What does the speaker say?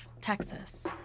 Texas